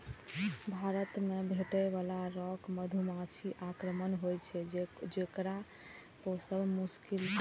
भारत मे भेटै बला रॉक मधुमाछी आक्रामक होइ छै, जेकरा पोसब मोश्किल छै